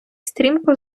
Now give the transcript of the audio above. стрімко